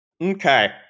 Okay